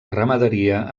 ramaderia